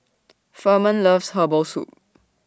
Furman loves Herbal Soup